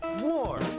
war